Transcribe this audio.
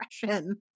depression